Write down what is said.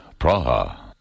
Praha. (